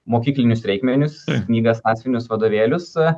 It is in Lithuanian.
mokyklinius reikmenis knygas sąsiuvinius vadovėlius